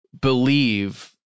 believe